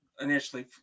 initially